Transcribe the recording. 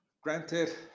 Granted